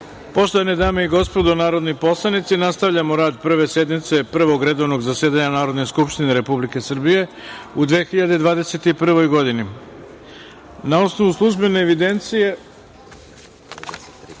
Poštovane dame i gospodo narodni poslanici, nastavljamo rad Prve sednice Prvog redovnog zasedanja Narodne skupštine Republike Srbije u 2021. godini. Na osnovu službene evidencije